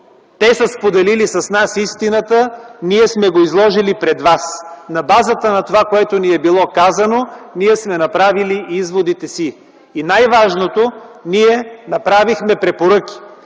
те са споделили с нас истината – ние сме го изложили пред вас. На базата на това, което ни е било казано, ние сме направили изводите си. Най-важното: ние направихме препоръки.